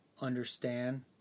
understand